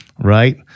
Right